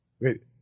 Wait